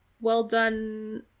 well-done